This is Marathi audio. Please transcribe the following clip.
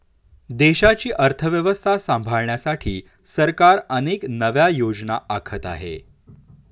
देशाची अर्थव्यवस्था सांभाळण्यासाठी सरकार अनेक नव्या योजना आखत आहे